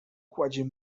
kładzie